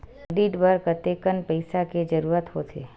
Credit बर कतेकन पईसा के जरूरत होथे?